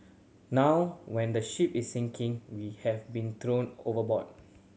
now when the ship is sinking we have been thrown overboard